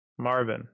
Marvin